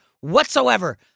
whatsoever